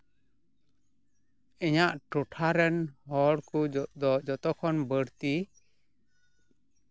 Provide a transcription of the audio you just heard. ᱤᱧᱟᱹᱜ ᱴᱚᱴᱷᱟ ᱨᱮᱱ ᱦᱚᱲ ᱠᱚ ᱡᱚᱛᱚ ᱡᱚᱛᱚ ᱠᱷᱚᱱ ᱵᱟᱹᱲᱛᱤ